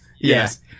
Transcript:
Yes